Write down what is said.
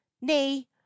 nay